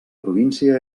província